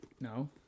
No